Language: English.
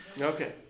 Okay